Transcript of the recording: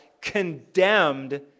condemned